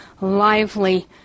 lively